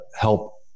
help